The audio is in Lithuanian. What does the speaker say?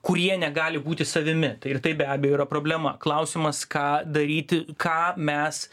kurie negali būti savimi tai ir tai be abejo yra problema klausimas ką daryti ką mes